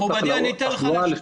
מכובדי, לא, לא.